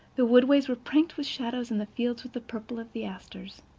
the woodways were pranked with shadows and the fields with the purple of the asters.